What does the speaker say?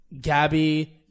Gabby